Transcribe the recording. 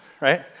right